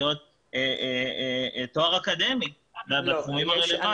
להיות תואר אקדמי בתחומים הרלוונטיים.